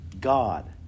God